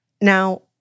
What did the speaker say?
Now